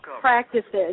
practices